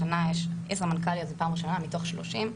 השנה יש 10 מנכ"ליות בפעם ראשונה מתוך 30,